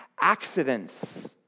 accidents